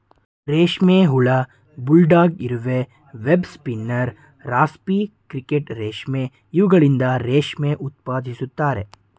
ರೇಷ್ಮೆ ಹುಳ, ಬುಲ್ಡಾಗ್ ಇರುವೆ, ವೆಬ್ ಸ್ಪಿನ್ನರ್, ರಾಸ್ಪಿ ಕ್ರಿಕೆಟ್ ರೇಷ್ಮೆ ಇವುಗಳಿಂದ ರೇಷ್ಮೆ ಉತ್ಪಾದಿಸುತ್ತಾರೆ